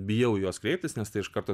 bijau į juos kreiptis nes tai iš karto